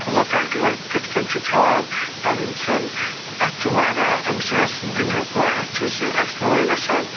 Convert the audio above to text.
locality وٲلۍ کِتھٕ کٔنۍ چھِ کھیٚوان پَنٕنۍ کھیٚن اَسہِ چھُ واریاہ اَمہِ سۭتۍ اَسہِ دُنیاہُک واریاہ چھِ أسۍ ایکٕسپُلور گژھان